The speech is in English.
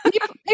people